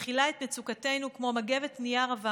מכילה את מצוקותינו כמו מגבת נייר עבה.